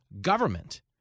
government